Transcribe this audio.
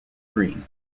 green